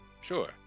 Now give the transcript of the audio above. Sure